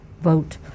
vote